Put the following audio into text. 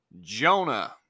Jonah